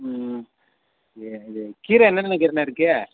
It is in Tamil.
ம் ம் வேறு இது கீரை என்னென்னண்ணே கீரைண்ண இருக்குது